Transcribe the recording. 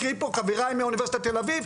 חבריי מאונ' תל אביב,